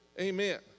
Amen